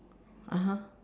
(uh huh)